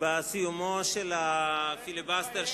ועל סיומו של הפיליבסטר,